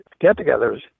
get-togethers